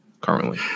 currently